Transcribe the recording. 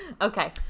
Okay